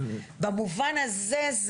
מה אכפת להם?